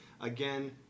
Again